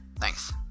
Thanks